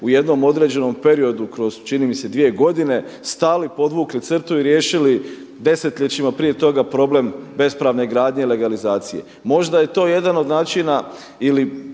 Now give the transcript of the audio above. u jednom određenom periodu kroz čini mi se dvije godine, stali podvukli crtu i riješili desetljećima prije toga problem bespravne gradnje i legalizacije. Možda je to jedan od načina ili